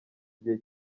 igihe